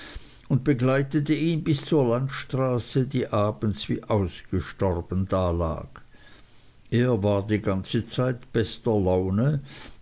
und begleitete ihn bis zur landstraße die abends wie ausgestorben dalag er war die ganze zeit bester laune